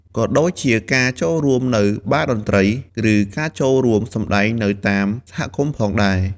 ក៏ដូចជាការចូលរួមនៅបារតន្ត្រី ឬការចូលរួមសម្តែងនៅតាមសហគមន៍ផងដែរ។